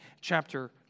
chapter